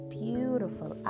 beautiful